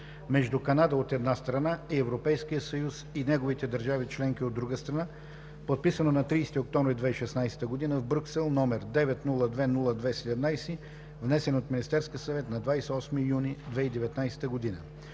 между Канада, от една страна, и Европейския съюз и неговите държави членки, от друга страна, подписано на 30 октомври 2016 г. в Брюксел, № 902-02-17, внесен от Министерския съвет на 28 юни 2019 г.